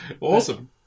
Awesome